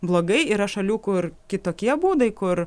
blogai yra šalių kur kitokie būdai kur